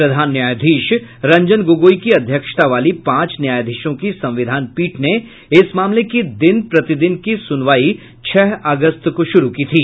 प्रधान न्यायाधीश रंजन गोगोई की अध्यक्षता वाली पांच न्यायाधीशों की संविधान पीठ ने इस मामले की दिन प्रतिदिन की सूनवाई छह अगस्त को शुरू की थी